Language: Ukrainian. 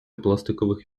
пластикових